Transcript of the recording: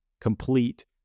Complete